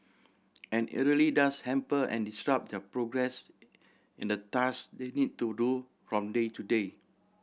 and it really does hamper and disrupt their progress in the task they need to do from day to day